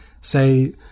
say